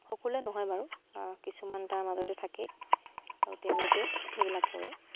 সকলোৱে নহয় বাৰু কিছুমান তাৰ মাজতে থাকে আৰু তেওঁলোকে সেইবিলাক কৰে